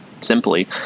simply